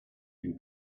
been